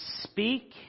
speak